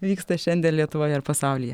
vyksta šiandien lietuvoje ir pasaulyje